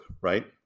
right